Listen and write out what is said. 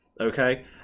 Okay